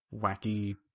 wacky